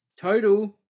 Total